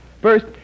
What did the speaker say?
First